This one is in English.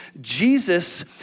Jesus